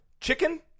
Chicken